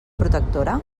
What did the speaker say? protectora